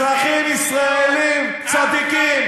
אזרחים ישראלים צדיקים,